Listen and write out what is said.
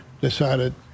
decided